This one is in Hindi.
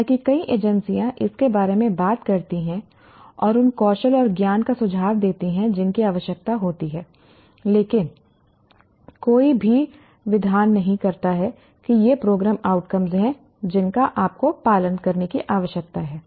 हालांकि कई एजेंसियां इसके बारे में बात करती हैं और उन कौशल और ज्ञान का सुझाव देती हैं जिनकी आवश्यकता होती है लेकिन कोई भी विधान नहीं करता है कि ये प्रोग्राम आउटकम्स हैं जिनका आपको पालन करने की आवश्यकता है